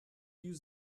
use